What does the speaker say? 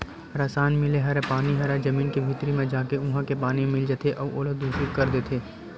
रसायन मिले हरय पानी ह जमीन के भीतरी म जाके उहा के पानी म मिल जाथे अउ ओला दुसित कर देथे